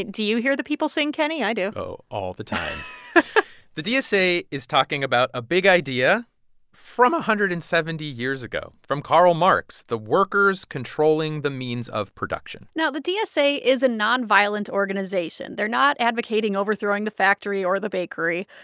do you hear the people sing, kenny? i do oh, all the time the dsa is talking about a big idea from one ah hundred and seventy years ago from karl marx the workers controlling the means of production now, the dsa is a nonviolent organization. they're not advocating overthrowing the factory or the bakery.